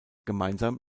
gemeinsam